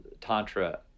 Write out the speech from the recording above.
Tantra